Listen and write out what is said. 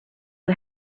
who